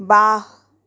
बा